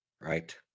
Right